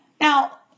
Now